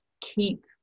keep